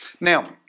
Now